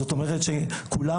זאת אומרת שכולם,